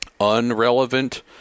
unrelevant